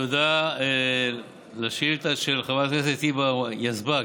תודה על השאילתה של חברת הכנסת היבה יזבק.